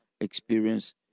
experience